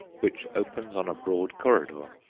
which opens on a broad corridor.